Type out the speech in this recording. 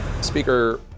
Speaker